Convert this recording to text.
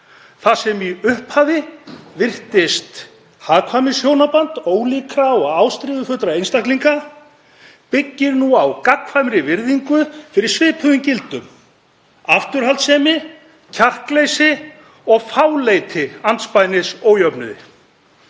Það sem í upphafi virtist hagkvæmnishjónaband ólíkra og ástríðufullra einstaklinga byggir nú á gagnkvæmri virðingu fyrir svipuðum gildum; afturhaldssemi, kjarkleysi og fálæti andspænis ójöfnuði.